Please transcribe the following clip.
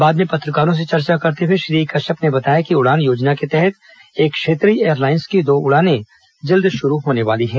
बाद में पत्रकारों से चर्चा करते हुए श्री कश्यप ने बताया कि उड़ान योजना के तहत एक क्षेत्रीय एयरलाइन्स की दो उड़ानें जल्द शुरू होर्न वाली हैं